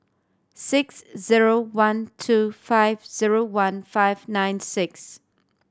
six zero one two five zero one five nine six